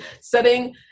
setting